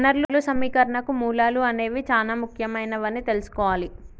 వనరులు సమీకరణకు మూలాలు అనేవి చానా ముఖ్యమైనవని తెల్సుకోవాలి